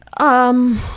um,